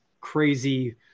crazy